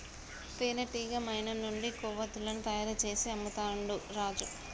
తేనెటీగ మైనం నుండి కొవ్వతులను తయారు చేసి అమ్ముతాండు రాజు